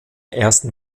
ersten